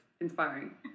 inspiring